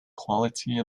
quality